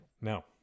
No